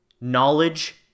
knowledge